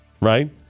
Right